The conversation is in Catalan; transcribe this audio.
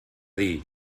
dir